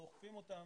לא אוכפים אותם,